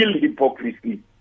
hypocrisy